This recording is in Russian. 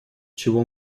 чего